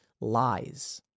Lies